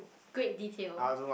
great detail